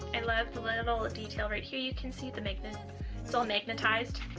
and love the little detail right here you can see the magnet still magnetized.